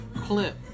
clip